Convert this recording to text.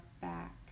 back